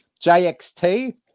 JXT